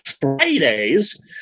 Fridays